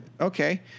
Okay